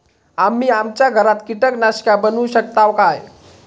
आम्ही आमच्या घरात कीटकनाशका बनवू शकताव काय?